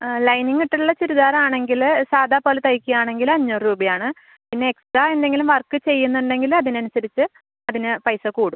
ആ ലൈനിംഗിട്ടുള്ള ചുരിദാറാണെങ്കിൽ സാധാരണ പോലെ തയ്ക്കാണെങ്കിൽ അഞ്ഞൂറ് രൂപയാണ് പിന്നെ എക്സ്ട്രാ എന്തെങ്കിലും വർക്ക് ചെയ്യുന്നുണ്ടെങ്കിൽ അതിനനുസരിച്ച് അതിന് പൈസ കൂടും